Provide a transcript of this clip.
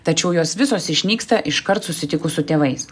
tačiau jos visos išnyksta iškart susitikus su tėvais